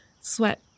sweat